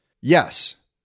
Yes